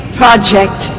project